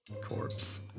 corpse